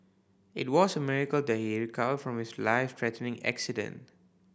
it was a miracle that he recovered from his life threatening accident